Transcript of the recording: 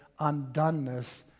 undoneness